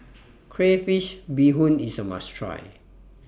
Crayfish Beehoon IS A must Try